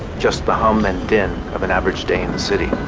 just the hum and ding of an average day in the city.